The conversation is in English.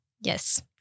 Yes